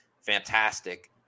fantastic